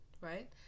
right